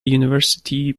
university